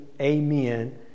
amen